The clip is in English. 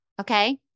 Okay